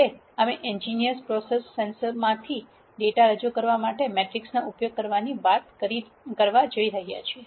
હવે અમે engineering process sensor માંથી ડેટા રજૂ કરવા માટે મેટ્રિસનો ઉપયોગ કરવાની વાત કરી રહ્યા છીએ